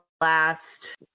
last